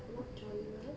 what genre